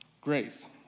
grace